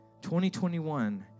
2021